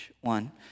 one